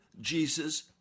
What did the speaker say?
Jesus